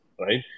right